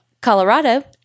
Colorado